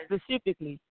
specifically